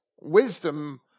wisdom